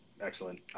excellent